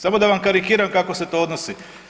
Samo da vam karikiram kako se to odnosi.